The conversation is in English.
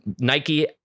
Nike